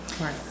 right